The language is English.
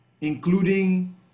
including